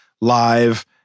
live